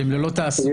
שהם ללא תעסוקה,